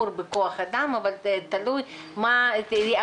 אז קודם כל למי שלא מכיר